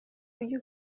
ujye